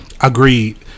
Agreed